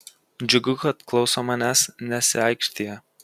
džiugu kad klauso manęs nesiaikštija